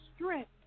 strength